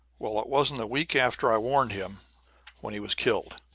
well, it wasn't a week after i warned him when he was killed.